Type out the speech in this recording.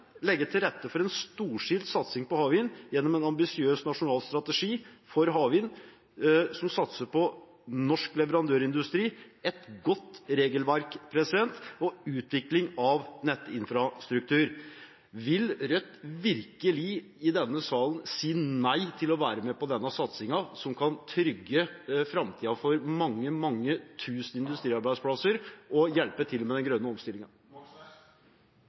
til rette for en storstilt satsing på havvind gjennom en ambisiøs nasjonal strategi for havvind som blant annet inkluderer satsing på norsk leverandørindustri, et godt regelverk og utvikling av nettinfrastruktur Vil Rødt virkelig i denne salen si nei til å være med på denne satsingen, som kan trygge framtiden for mange, mange tusen industriarbeidsplasser og hjelpe til med den grønne